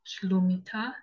kilometer